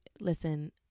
listen